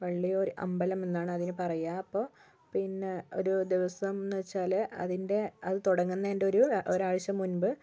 വള്ളിയൂർ അമ്പലം എന്നാണ് അതിന് പറയുക അപ്പോൾ പിന്നെ ഒരു ദിവസം എന്നു വച്ചാൽ അതിൻ്റെ അത് തുടങ്ങുന്നതിൻ്റെ ഒരു ഒരാഴ്ച മുമ്പ്